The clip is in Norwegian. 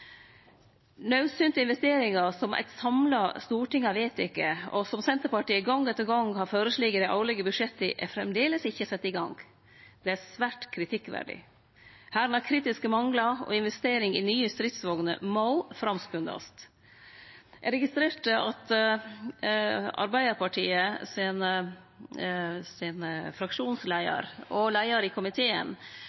Naudsynte investeringar som eit samla storting har vedteke, og som Senterpartiet gong etter gong har føreslått i dei årlege budsjetta, er framleis ikkje sette i gang. Det er svært kritikkverdig. Hæren har kritiske manglar, og investering i nye stridsvogner må framskundast. Eg registrerte at